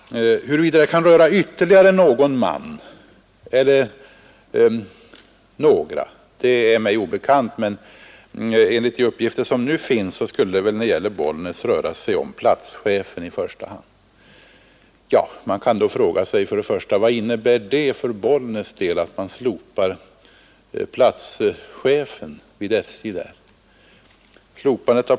Huruvida det kan röra ytterligare någon man eller några är mig obekant, men enligt de uppgifter som nu finns skulle det väl när det gäller Bollnäs röra sig om platschefen i första hand. Man kan då fråga sig vad det innebär för Bollnäs att platschefen vid SJ slopas.